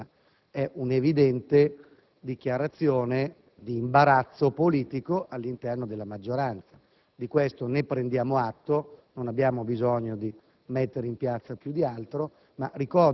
mettere il dito nella piaga in casa di altri, ma è stata fatta un'evidente dichiarazione di imbarazzo politico all'interno della maggioranza. Ne prendiamo atto, non abbiamo bisogno di